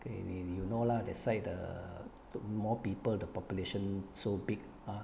they 你 you know lah that side the two more people the population so big